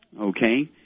Okay